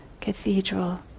cathedral